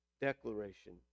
declaration